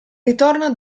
ritorno